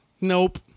nope